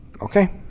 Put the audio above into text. Okay